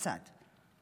בצד.